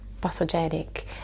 pathogenic